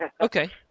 Okay